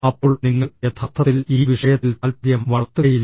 അപ്പോൾ നിങ്ങൾ യഥാർത്ഥത്തിൽ ഈ വിഷയത്തിൽ താൽപര്യം വളർത്തുകയില്ല